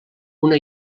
una